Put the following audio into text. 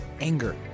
anger